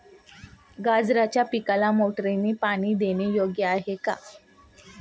गाजराच्या पिकाला मोटारने पाणी देणे योग्य आहे का?